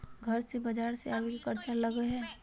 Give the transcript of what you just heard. घर से बजार ले जावे के खर्चा कर लगो है?